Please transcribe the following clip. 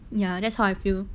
ya that's how I feel